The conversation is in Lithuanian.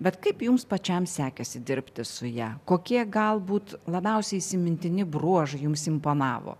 bet kaip jums pačiam sekėsi dirbti su ja kokie galbūt labiausiai įsimintini bruožai jums imponavo